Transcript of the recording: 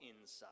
inside